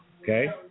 Okay